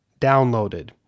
downloaded